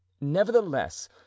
nevertheless